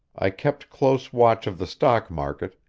i kept close watch of the stock market,